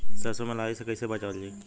सरसो में लाही से कईसे बचावल जाई?